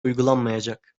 uygulanmayacak